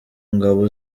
ngabo